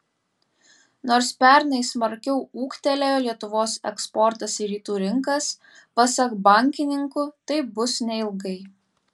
nors pernai smarkiau ūgtelėjo lietuvos eksportas į rytų rinkas pasak bankininkų taip bus neilgai